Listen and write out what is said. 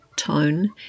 tone